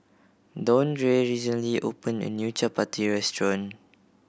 Dondre recently opened a new Chapati restaurant